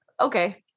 okay